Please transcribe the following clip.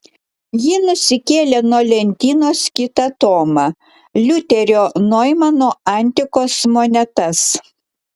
ji nusikėlė nuo lentynos kitą tomą liuterio noimano antikos monetas